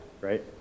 right